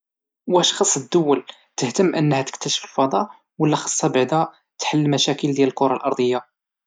واش خص الدول تهتم انها تكتشف الفضاء ولا خصها بعدا تهتم تحل المشاكل ديال الكرة الأرضية؟